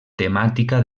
temàtica